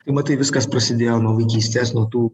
matai viskas prasidėjo nuo vaikystės nuo tų